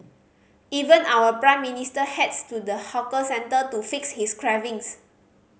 even our Prime Minister heads to the hawker centre to fix his cravings